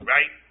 Right